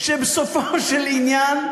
לא צריך להגיד, שבסופו של עניין,